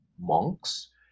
monks